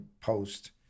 post